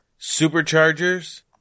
superchargers